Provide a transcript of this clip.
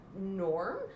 norm